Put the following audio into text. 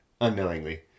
unknowingly